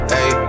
Hey